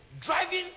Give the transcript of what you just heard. driving